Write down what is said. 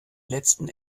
letzten